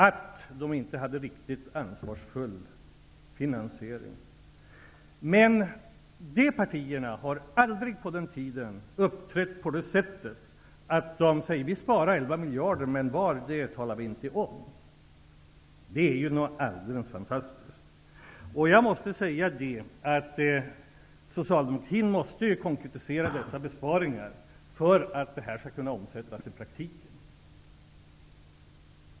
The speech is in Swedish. Det sades då att dessa inte hade en riktigt ansvarsfull finansiering. Men de här partierna uppträdde under den aktuella tiden aldrig på det sättet att man sade: Vi sparar 11 miljarder, men var talar vi inte om. Det här är alldeles fantastiskt. Socialdemokraterna måste konkretisera nämnda besparingar för att det de säger skall kunna omsättas i praktisk handling.